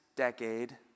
Decade